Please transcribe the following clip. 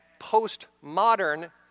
postmodern